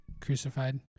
crucified